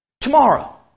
Tomorrow